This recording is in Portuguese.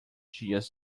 dias